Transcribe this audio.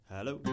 Hello